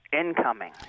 incoming